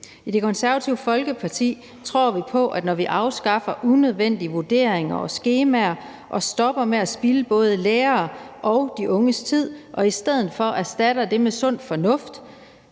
I Det Konservative Folkeparti tror vi på, at når vi afskaffer unødvendige vurderinger og skemaer og stopper med at spilde både lærernes og de unges tid og i stedet for erstatter det med sund fornuft